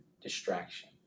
distraction